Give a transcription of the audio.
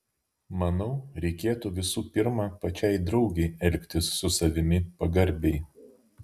manau reikėtų visų pirma pačiai draugei elgtis su savimi pagarbiai